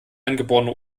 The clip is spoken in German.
angeborene